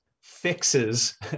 fixes